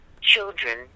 children